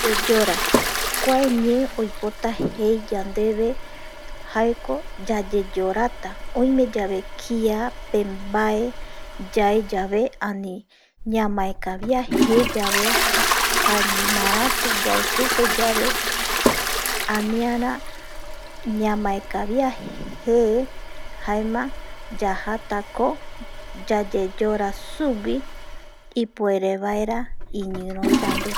Yeyora kua ñe oipota jei yandeve jaeko yayeyorata oime yave kiape mbae yae yave ani ñamaekavia je yave ani maratu mbae yae supe yave aniara ñamaekavia je jaema yajatako yayeyora sugui ipuere vaera iñiro yande